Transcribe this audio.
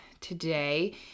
today